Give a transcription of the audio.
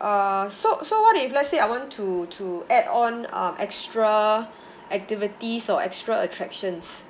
uh so so what if let's say I want to to add on um extra activities or extra attractions